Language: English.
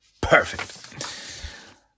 Perfect